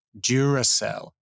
Duracell